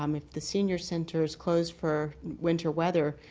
um if the senior centers close for winter weather.